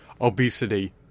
obesity